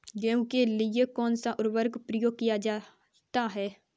गेहूँ के लिए कौनसा उर्वरक प्रयोग किया जाता है?